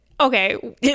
okay